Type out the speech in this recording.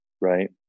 Right